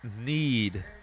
need